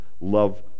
love